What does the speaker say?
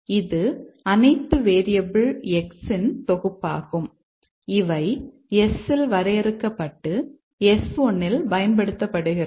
இது அனைத்து variables X இன் தொகுப்பாகும் இவை S இல் வரையறுக்கப்பட்டு S1 இல் பயன்படுத்தப்படுகிறது